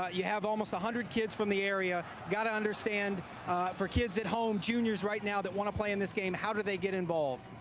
but you have almost one hundred kids from the area, got to understand for kids at home, juniors right now that want to play in this game, how do they get involved?